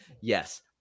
Yes